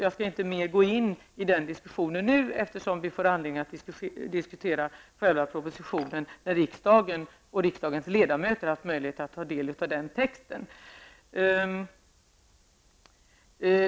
Jag skall inte gå in mer i den diskussionen nu, eftersom vi får anledning att diskutera själva propositionen när riksdagens ledamöter har haft möjlighet att ta del av texten.